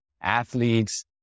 athletes